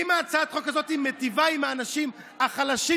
אם הצעת החוק הזאת מיטיבה עם האנשים החלשים,